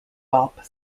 bop